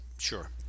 Sure